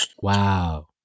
wow